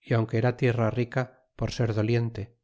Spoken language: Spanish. y aunque era tierra rica por ser doliente